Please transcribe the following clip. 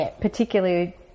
particularly